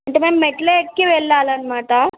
అంటే మేము మెట్ల ఎక్కి వెళ్ళాలి అనమాట